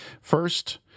First